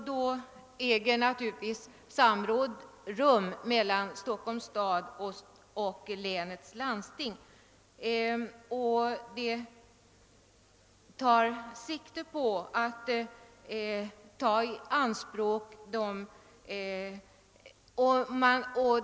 Därvidlag äger samråd rum mellan Stockholms stad och länets lands ting.